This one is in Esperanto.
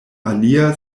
alia